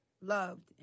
loved